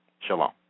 Shalom